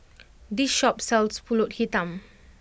this shop sells Pulut Hitam